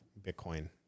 bitcoin